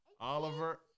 Oliver